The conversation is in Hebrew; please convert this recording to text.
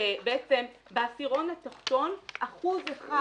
שבעצם, בעשירון התחתון, אחוז אחד